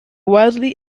wildly